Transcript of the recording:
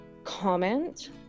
comment